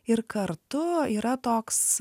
ir kartu yra toks